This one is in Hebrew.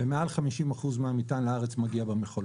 ומעל 50% מהמטען לארץ מגיע במכולות.